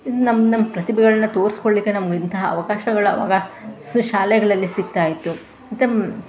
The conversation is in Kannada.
ಇದು ನಮ್ಮ ನಮ್ಮ ಪ್ರತಿಭೆಗಳನ್ನು ತೋರಿಸ್ಕೊಳ್ಳಿಕ್ಕೆ ನಂಗೆ ಇಂಥ ಅವಕಾಶಗಳು ಆವಾಗ ಸ್ ಶಾಲೆಗಳಲ್ಲಿ ಸಿಗ್ತಾಯಿತ್ತು ಮತ್ತು